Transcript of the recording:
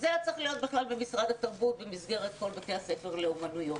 זה היה צריך להיות במשרד התרבות במסגרת כל בתי הספר לאומנויות.